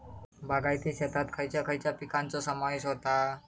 बागायती शेतात खयच्या खयच्या पिकांचो समावेश होता?